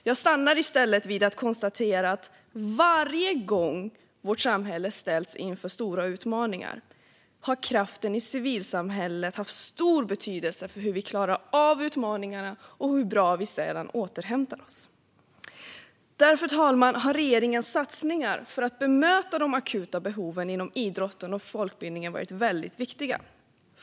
Jag stannar i stället vid att konstatera att varje gång vårt samhälle har ställts inför stora utmaningar har kraften i civilsamhället haft stor betydelse för hur vi klarar av utmaningarna och hur bra vi sedan återhämtar oss. Därför, fru talman, har regeringens satsningar för att bemöta de akuta behoven inom idrotten och folkbildningen varit väldigt viktiga.